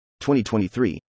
2023